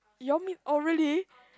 you all meet oh really